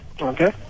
Okay